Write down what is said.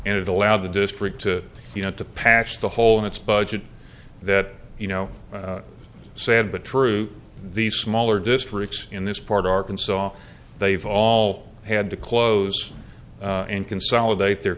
and it allowed the district to you know to patch the hole in its budget that you know sad but true the smaller districts in this part of arkansas they've all had to close and consolidate their